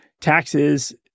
taxes